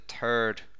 third